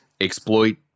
exploit